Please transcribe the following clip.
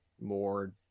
more